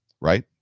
Right